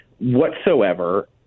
whatsoever